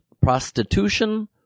prostitution